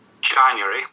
January